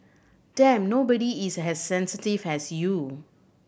Damn nobody is as sensitive as you